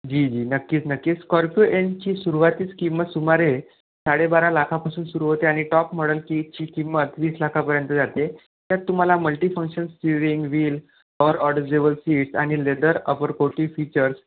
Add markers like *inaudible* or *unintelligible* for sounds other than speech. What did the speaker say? जी जी नक्कीच नक्कीच स्कॉर्पियो एनची सुरवातीचं किंमत सुमारे साडे बारा लाखापासून सुरू होते आणि टॉप मॉडल *unintelligible* ची किंमत वीस लाखापर्यंत जाते त्यात तुम्हाला multi function steering wheel or adjustable seats आणि लेदर अपरकोटी फीचर्स